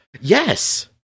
Yes